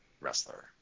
wrestler